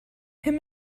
him